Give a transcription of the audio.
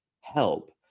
help